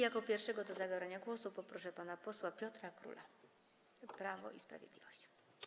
Jako pierwszego o zabranie głosu poproszę pana posła Piotra Króla, Prawo i Sprawiedliwość.